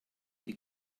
die